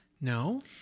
No